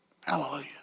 Hallelujah